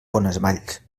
bonesvalls